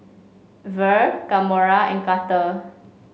Vere Kamora and Carter